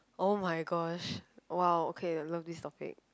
oh-my-gosh !wow! okay I love this topic